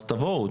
אז תבואו,